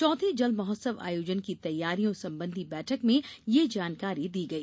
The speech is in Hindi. चौथे जल महोत्सव आयोजन की तैयारियों संबंधी बैठक में यह जानकारी दी गई